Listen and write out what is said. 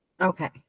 Okay